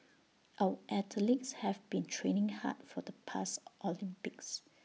our athletes have been training hard for the past Olympics